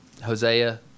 Hosea